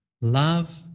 Love